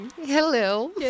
Hello